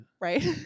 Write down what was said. right